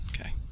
Okay